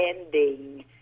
ending